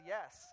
Yes